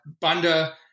Banda